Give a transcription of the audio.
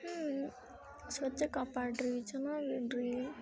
ಹ್ಞೂ ಸ್ವಚ್ಛ ಕಾಪಾಡಿರಿ ಚೆನ್ನಾಗಿಡ್ರಿ